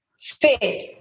fit